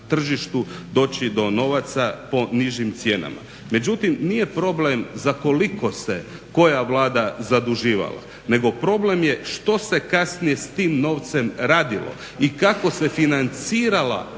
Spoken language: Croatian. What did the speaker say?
doći do novaca po nižim cijenama. Međutim, nije problem za koliko se koja Vlada zaduživala nego problem je što se kasnije s tim novcem radilo i kako se financirala